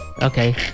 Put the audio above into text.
Okay